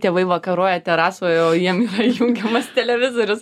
tėvai vakaroja terasoje o jiem įjungiamas televizorius